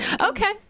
Okay